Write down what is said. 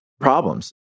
problems